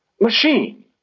Machine